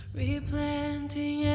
replanting